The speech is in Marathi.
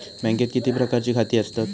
बँकेत किती प्रकारची खाती असतत?